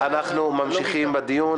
אנחנו ממשיכים בדיון.